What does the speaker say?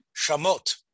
Shamot